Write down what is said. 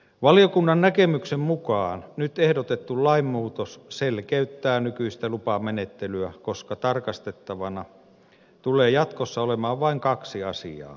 valiokunnan näkemyksen mukaan nyt ehdotettu lainmuutos selkeyttää nykyistä lupamenettelyä koska tarkastettavana tulee jatkossa olemaan vain kaksi asiaa